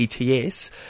ETS